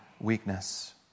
weakness